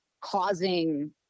causing